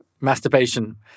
Masturbation